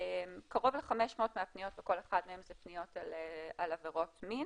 קרוב ל-500 מהפניות בכל אחד מהם זה פניות על עבירות מין.